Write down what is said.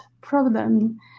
problem